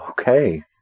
Okay